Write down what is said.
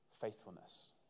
faithfulness